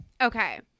Okay